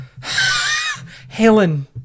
Helen